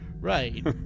Right